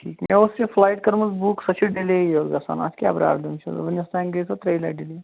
ٹھیٖک مےٚ اوس یَتھ فٕلایِٹ کٔرمٕژ بُک سۄ چھ ڈِلیی یوت گَژھان اَتھ کیٛاہ پرابلِم چھِ وُنیُٛک تام گٔے سۄ ترٛیہِ لَٹہِ ڈِلیے